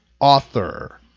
Author